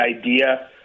idea